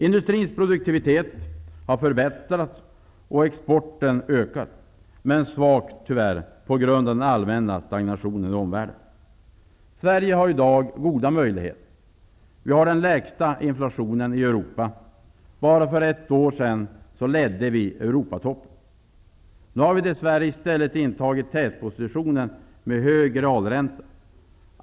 Industrins produktivitet har förbättrats och exporten ökar. Ökningen är dock svag på grund av den allmänna stagnationen i omvärlden. Sverige har i dag goda möjligheter. Vi har den lägsta inflationen i Europa. Bara för ett år sedan ledde vi Europatoppen. Nu har vi dess värre intagit tätpositionen när det gäller hög realränta.